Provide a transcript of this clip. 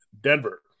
Denver